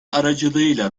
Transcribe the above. aracılığıyla